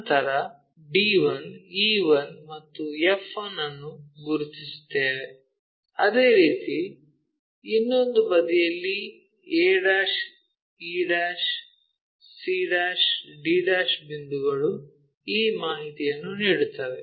ನಂತರ d 1 e 1 ಮತ್ತು f 1 ಅನ್ನು ಗುರುತಿಸುತ್ತೇವೆ ಅದೇ ರೀತಿ ಇನ್ನೊಂದು ಬದಿಯಲ್ಲಿ a e c d' ಬಿಂದುಗಳು ಈ ಮಾಹಿತಿಯನ್ನು ನೀಡುತ್ತವೆ